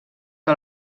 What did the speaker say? que